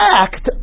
act